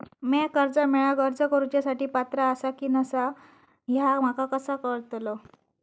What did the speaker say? म्या कर्जा मेळाक अर्ज करुच्या साठी पात्र आसा की नसा ह्या माका कसा कळतल?